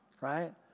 right